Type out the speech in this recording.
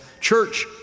church